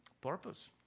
purpose